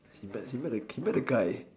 he met he met a K I he met a guy